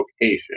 location